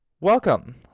Welcome